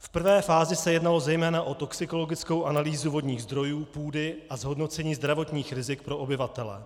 V prvé fázi se jednalo zejména o toxikologickou analýzu vodních zdrojů, půdy a zhodnocení zdravotních rizik pro obyvatele.